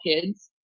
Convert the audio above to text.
kids